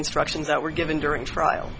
instructions that were given during trial